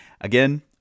again